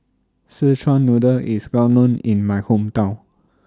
Szechuan Noodle IS Well known in My Hometown